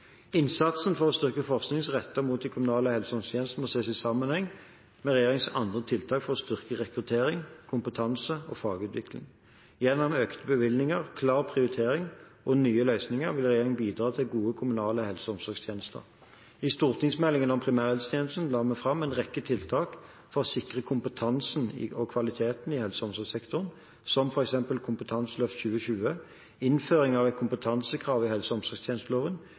Innsatsen for å styrke forskningen rettet mot de kommunale helse- og omsorgstjenestene må ses i sammenheng med regjeringens andre tiltak for å styrke rekruttering, kompetanse og fagutvikling. Gjennom økte bevilgninger, klare prioriteringer og nye løsninger vil regjeringen bidra til gode kommunale helse- og omsorgstjenester. I stortingsmeldingen om primærhelsetjenesten la vi fram en rekke tiltak for å sikre kompetansen og kvaliteten i helse- og omsorgssektoren, som f.eks. Kompetanseløft 2020, innføring av kompetansekrav i helse- og omsorgstjenesteloven,